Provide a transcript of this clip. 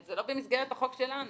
זה לא במסגרת החוק שלנו.